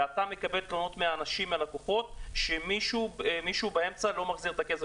ואתה מקבל תלונות מאנשים שמישהו באמצע לא מחזיר את הכסף.